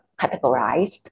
categorized